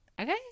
Okay